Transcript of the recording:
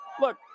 look